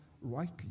rightly